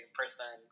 person